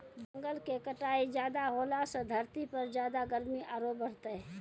जंगल के कटाई ज्यादा होलॅ सॅ धरती पर ज्यादा गर्मी आरो बढ़तै